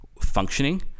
functioning